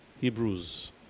Hebrews